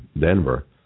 Denver